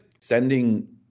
sending